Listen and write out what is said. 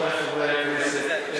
רבותי חברי הכנסת,